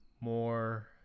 more